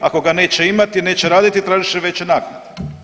Ako ga neće imati, neće raditi, tražit će veće naknade.